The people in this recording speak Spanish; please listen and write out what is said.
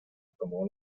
tomó